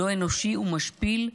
לא אנושי ומשפיל,